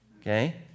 okay